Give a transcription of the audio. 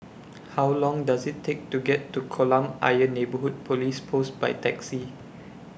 How Long Does IT Take to get to Kolam Ayer Neighbourhood Police Post By Taxi